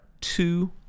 two